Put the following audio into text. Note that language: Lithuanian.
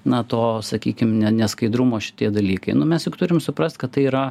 na to sakykim ne neskaidrumo šitie dalykai nu mes juk turim suprast kad tai yra